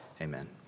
Amen